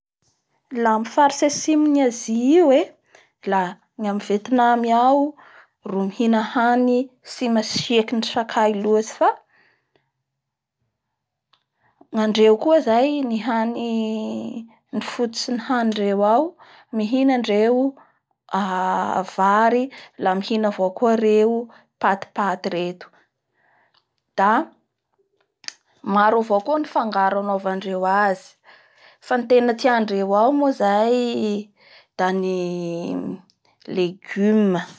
Gna amin'ny faritsy antsimon'ny Azia io ee, la ny amin'ny vietname ao ro mihina hany tsy misiakin'ny sakay loatsy. Fangandreo koa zay ny foton-hanidreo ao mihina ndreo vary la mihina avao koa andreo patipaty reo da maro avao koa ny fangaro anaovandreo azy fa ny tena tiandreo ao moa zay da ny legume.